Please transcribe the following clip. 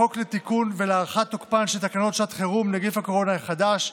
בחוק לתיקון ולהארכת תוקפן של תקנות שעת חירום (נגיף הקורונה החדש,